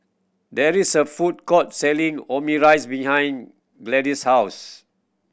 there is a food court selling Omurice behind Gladyce's house